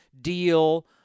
deal